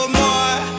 more